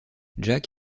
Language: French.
jack